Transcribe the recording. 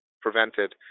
prevented